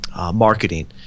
marketing